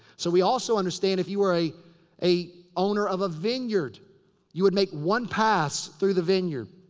so we also understand if you were a a owner of a vineyard you would make one pass through the vineyard.